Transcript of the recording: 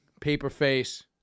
Paperface